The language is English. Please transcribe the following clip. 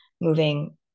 moving